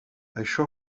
això